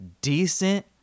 decent